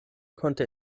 konnte